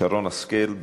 שרן השכל.